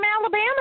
Alabama